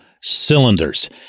cylinders